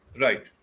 right